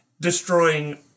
destroying